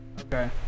okay